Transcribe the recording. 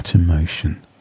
Emotion